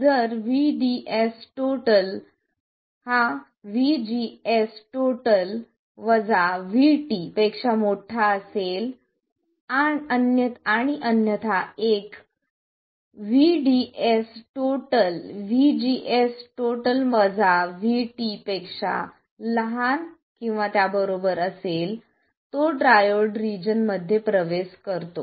जर VDS ≥VGS VT आणि अन्यथा एक VDS ≤ VGS VT तो ट्रायोड रिजन मध्ये प्रवेश करतो